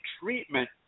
treatment